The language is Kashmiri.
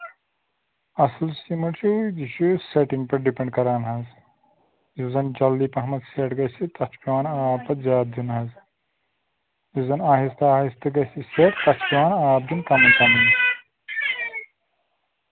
اَصٕل سیٖمَٹھ چھُ یہِ چھُ سیٹِنٛگ پٮ۪ٹھ ڈِپٮ۪نٛڈ کران حظ یُس زَن جلدی پَہم سیٹ گژھِ تَتھ چھُ پٮ۪وان آب پَتہٕ زیادٕ دیُن حظ یُس زَن آہستہٕ آہَستہٕ گژھِ سیٹ تَتھ چھُ پٮ۪وان آب دیُن کَمٕے کمٕے